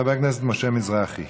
חבר הכנסת משה מזרחי.